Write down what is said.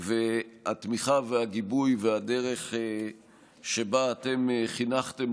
אני חושב שהתמיכה והגיבוי והדרך שבה אתם חינכתם